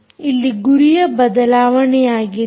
ಇಲ್ಲಿ ಗುರಿಯ ಬದಲಾವಣೆಯಾಗಿದೆ